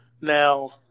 Now